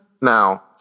Now